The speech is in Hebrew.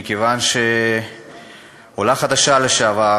מכיוון שעולה חדשה לשעבר